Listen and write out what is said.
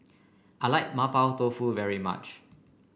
I like Mapo Tofu very much